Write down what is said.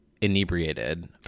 inebriated